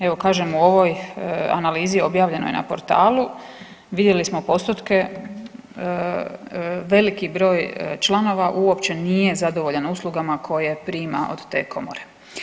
Evo, kažemo u ovoj analizi objavljenoj na portalu vidjeli smo postotke, veliki broj članova uopće nije zadovoljan uslugama koje prima od te Komore.